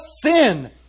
sin